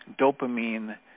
dopamine